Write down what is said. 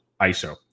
ISO